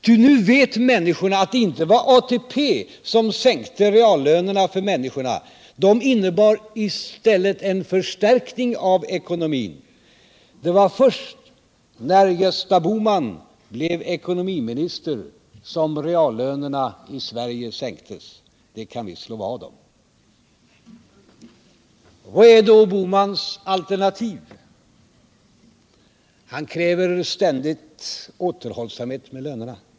Ty nu vet människorna att det inte var ATP som sänkte reallönerna för människorna. ATP innebar i stället en förstärkning av ekonomin. Det var först när Gösta Bohman blev ekonomiminister som reallönerna i Sverige sänktes. Det kan vi slå vad om. Vad är då Gösta Bohmans alternativ? Han kräver ständigt återhållsamhet med lönerna.